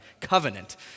covenant